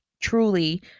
truly